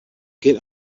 get